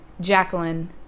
Jacqueline